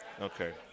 Okay